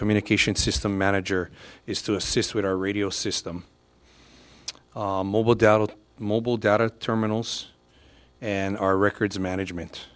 communication system manager is to assist with our radio system mobile data mobile data terminals and our records management